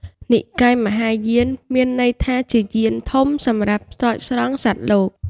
និកាយមហាយាន មានន័យថាជាយានធំសម្រាប់ស្រោចស្រង់សត្វលោក។